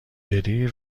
بری